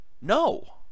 No